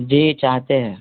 جی چاہتے ہیں